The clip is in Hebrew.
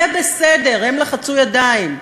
יהיה בסדר, הם לחצו ידיים.